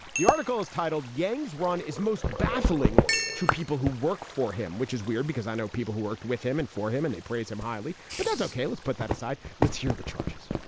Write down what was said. the article is titled gangs run is most baffling to people who work for him, which is weird because i know people who worked with him and for him and they praise him highly. but that's ok. let's put that aside. let's hear the charges.